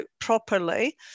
properly